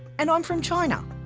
and i'm from china.